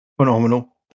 Phenomenal